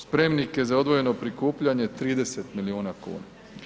Spremnike za odvojeno prikupljanje 30 milijuna kuna.